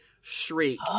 shriek